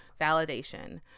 validation